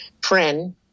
friend